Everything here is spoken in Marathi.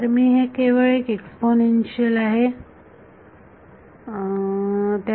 तर हे केवळ एक एक्सपोनेन्शियल आहे बरोबर